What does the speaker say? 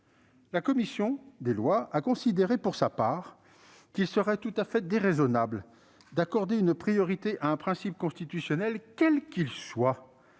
La commission des lois a considéré, pour sa part, qu'il serait tout à fait déraisonnable d'accorder une priorité à un principe constitutionnel, quel qu'il soit.